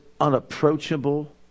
unapproachable